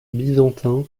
byzantin